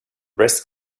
breast